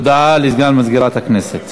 הודעה לסגן מזכירת הכנסת.